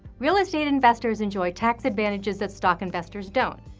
real estate investors enjoy tax advantages that stock investors don't.